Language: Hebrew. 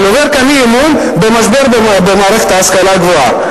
אבל עובר כאן אי-אמון במשבר במערכת ההשכלה הגבוהה.